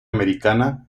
americana